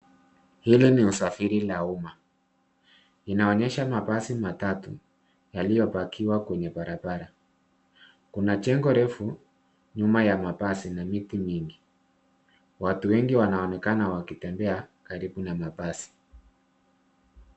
Hili ni usafiri la umma, inaonyesha mabasi matatu yaliopakiwa kwenye barabara, kuna jengo refu nyuma ya mabasi na miti mingi, watu wengi wanaonekana wakitembea karibu na mabasi.